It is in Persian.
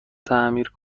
تعمیر